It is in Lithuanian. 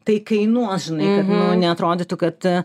tai kainuos žinai kad nu neatrodytų kad